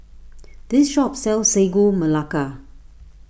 this shop sells Sagu Melaka